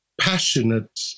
Passionate